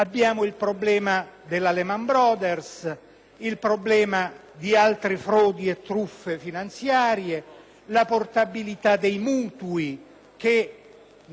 il problema di altre frodi e truffe finanziarie, la portabilità dei mutui che, nonostante la legge Bersani,